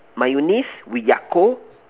mayonnaise with Yakult